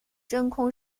真空